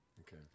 Okay